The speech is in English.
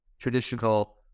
Traditional